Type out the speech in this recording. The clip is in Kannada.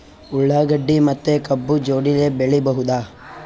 ಉಳ್ಳಾಗಡ್ಡಿ ಮತ್ತೆ ಕಬ್ಬು ಜೋಡಿಲೆ ಬೆಳಿ ಬಹುದಾ?